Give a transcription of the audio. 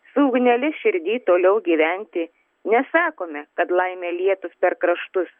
su ugnele širdy toliau gyventi nesakome kad laimė lietųs per kraštus